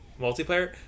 multiplayer